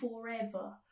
forever